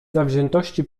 zawziętości